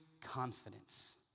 confidence